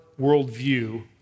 worldview